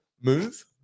move